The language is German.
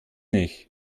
ich